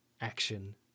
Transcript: action